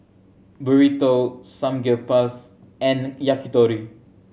Burrito Samgeyopsal and Yakitori